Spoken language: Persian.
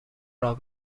راه